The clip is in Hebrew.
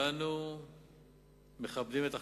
ואנו מכבדים את החלטתו.